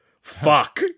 Fuck